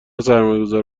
سرمایهگذار